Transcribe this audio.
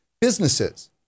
businesses